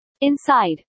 Inside